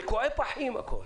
ריקועי פחים הכול.